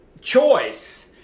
choice